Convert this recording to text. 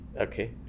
Okay